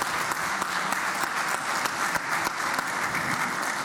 (מחיאות כפיים)